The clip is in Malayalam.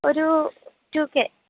ഒരൂ റ്റൂ കെ